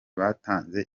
batanze